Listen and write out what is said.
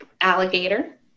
alligator